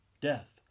Death